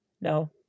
no